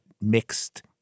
mixed